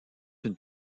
une